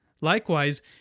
Likewise